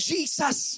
Jesus